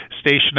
station